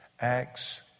acts